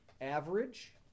average